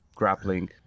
Grappling